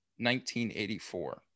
1984